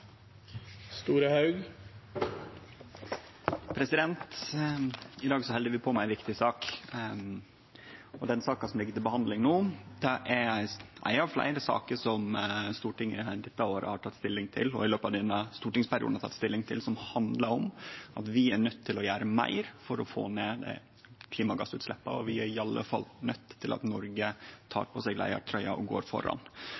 ei av fleire saker som Stortinget dette året har teke stilling til, og i løpet av denne stortingsperioden har teke stilling til, som handlar om at vi er nøydde til å gjere meir for å få ned klimagassutsleppa, og det er i alle fall nødvendig at Noreg tek på seg leiartrøya og går føre. Om vi klarar å minke klimaendringane og gå frå 2 til ned mot 1,5 grader, har det store konsekvensar for Noreg, landet vårt, og det har enorme konsekvensar for